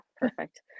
perfect